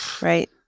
Right